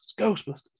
Ghostbusters